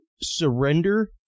surrender